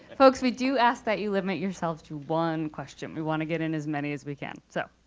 folks we do ask that you limit yourself to one question, we want to get in as many as we can. so,